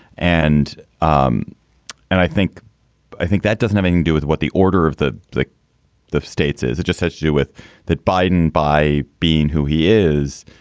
and um and i think i think that does nothing do with what the order of the like the states is. it just has to do with that. biden, by being who he is,